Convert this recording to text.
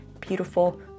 beautiful